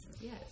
Yes